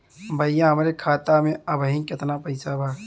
भईया हमरे खाता में अबहीं केतना पैसा बा?